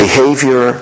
Behavior